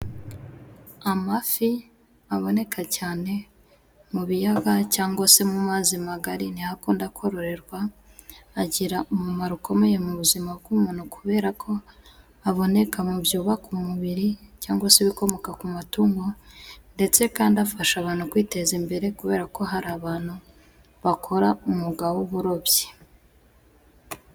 Amafi aboneka cyane mu biyaga cyangwa se mu mazi magari. Niho akunda kororerwa. Agira umumaro ukomeye mu buzima bw'umuntu kubera ko aboneka mu byubaka umubiri cyangwa se ibikomoka ku matungo, ndetse kandi afasha abantu kwiteza imbere kubera ko hari abantu bakora umwuga w'uburobyi.